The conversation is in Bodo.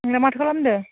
नोंलाय माथो खालामदों